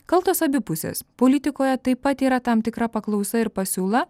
kaltos abi pusės politikoje taip pat yra tam tikra paklausa ir pasiūla